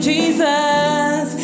Jesus